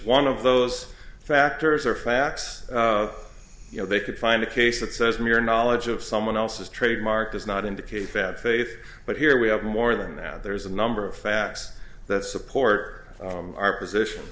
one of those factors or facts you know they could find a case that says mere knowledge of someone else's trademark does not indicate bad faith but here we have more than that there's a number of facts that support our position